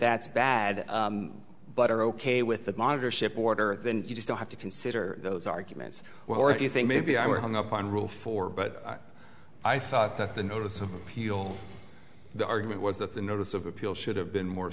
that's bad but are ok with the monitor ship order then you just don't have to consider those arguments or if you think maybe i were hung up on rule four but i thought that the notice of appeal the argument was that the notice of appeal should have been more